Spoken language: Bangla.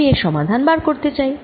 আমি এর সমাধান বার করতে চাই